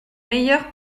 meilleure